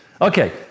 okay